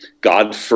God